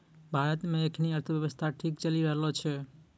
भारत मे एखनी अर्थव्यवस्था ठीक चली रहलो छै